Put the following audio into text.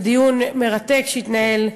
בדיון מרתק שהתנהל בוועדה.